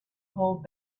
hold